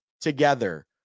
together